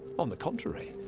on the contrary,